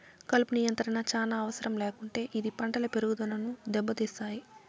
కలుపు నియంత్రణ చానా అవసరం లేకుంటే ఇది పంటల పెరుగుదనను దెబ్బతీస్తాయి